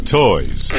toys